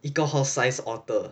一个 horse sized otter